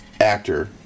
actor